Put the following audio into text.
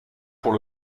pour